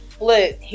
Look